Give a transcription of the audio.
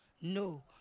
no